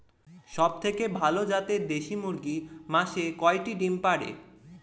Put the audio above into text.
সবথেকে ভালো জাতের দেশি মুরগি মাসে কয়টি ডিম পাড়ে?